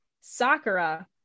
Sakura